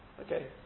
okay